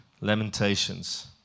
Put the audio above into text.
Lamentations